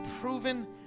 proven